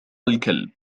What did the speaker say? الكلب